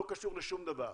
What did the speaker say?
לא קשור לשום דבר,